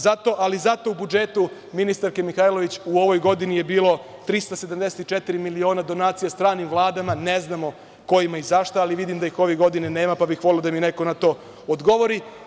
Zato u budžetu ministarke Mihajlović u ovoj godini je bilo 374 miliona donacija stranim vladama, ne znamo kojima i za šta, ali vidim da ih ove godine nema, pa bih voleo da mi neko na to odgovori.